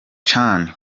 cane